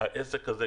העסק הזה,